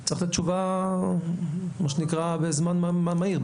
צריך לתת תשובה בזמן מהיר,